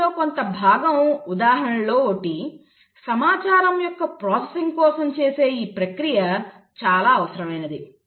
దానిలో కొంత భాగం ఉదాహరణలలో ఒకటి సమాచారం యొక్క ప్రాసెసింగ్ కోసం చేసే ఈ ప్రక్రియ చాలా అవసరమైనది